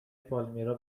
پالمیرا